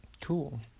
cool